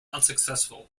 unsuccessful